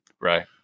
Right